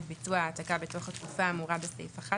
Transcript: ביצוע ההעתקה בתוך התקופה האמורה בסעיף (11).